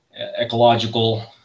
ecological